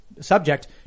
subject